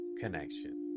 connection